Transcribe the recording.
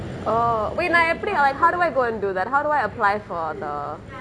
oh wait நா எப்படி:naa eppadi how do I go and do that how do I apply for the